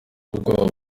ubwoba